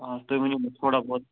آ تُہۍ ؤنِو مےٚ تھوڑا بہت